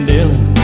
Dylan